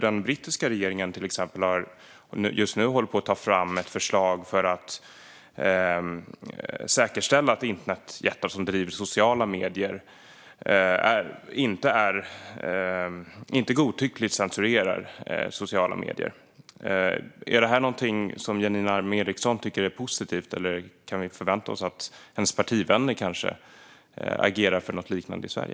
Den brittiska regeringen håller just nu på att ta fram ett förslag för att säkerställa att internetjättar som driver sociala medier inte godtyckligt censurerar dessa medier. Är detta något som Janine Alm Ericson tycker är positivt? Kan vi förvänta oss att hennes parti agerar för något liknande i Sverige?